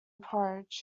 porridge